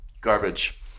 garbage